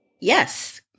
Yes